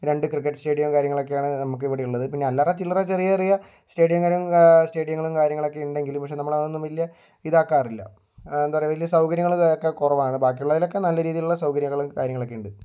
രണ്ട് ക്രിക്കറ്റ് സ്റ്റേഡിയവും കാര്യങ്ങളൊക്കെയാണ് നമുക്ക് ഇവിടെ ഉള്ളത് പിന്നെ അല്ലറ ചില്ലറ ചെറിയ ചെറിയ സ്റ്റേഡിയങ്ങളും സ്റ്റേഡിയങ്ങളും കാര്യങ്ങളൊക്കെയുണ്ടെങ്കിലും പക്ഷെ നമ്മളതൊന്നും വല്യ ഇതാക്കാറില്ല എന്താ പറയുക വലിയ സൗകര്യങ്ങള് ഒക്കെ കുറവാണ് ബാക്കിയുള്ളതിലൊക്കെ നല്ല രീതിയിലുള്ള സൗകര്യങ്ങളും കാര്യങ്ങളൊക്കെയുണ്ട്